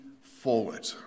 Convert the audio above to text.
forward